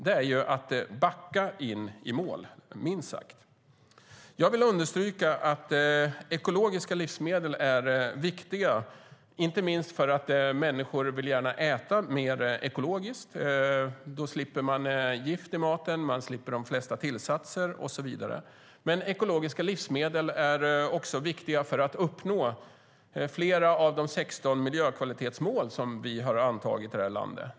Det är att backa in i mål, minst sagt. Jag vill understryka att ekologiska livsmedel är viktiga, inte minst för att människor gärna vill äta mer ekologiskt. Då slipper man gift i maten, och man slipper de flesta tillsatser och så vidare. Men ekologiska livsmedel är också viktiga för att uppnå flera av de 16 miljökvalitetsmål som vi har antagit i landet.